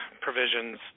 provisions